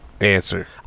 Answer